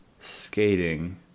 skating